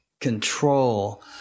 control